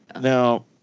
Now